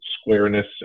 squareness